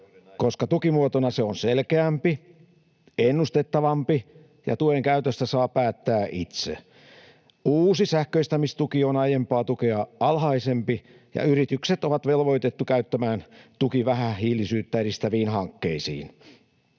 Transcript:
koska tukimuotona se on selkeämpi ja ennustettavampi ja tuen käytöstä saa päättää itse. Uusi sähköistämistuki on aiempaa tukea alhaisempi ja yritykset ovat velvoitettuja käyttämään tuki vähähiilisyyttä edistäviin hankkeisiin.